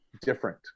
different